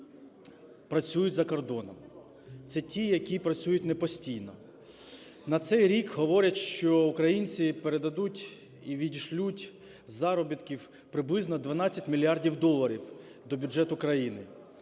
працюють за кордоном. Це ті, які працюють не постійно. На цей рік говорять, що українці передадуть і відішлють з заробітків приблизно 12 мільярдів доларів до бюджету країни.